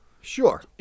Sure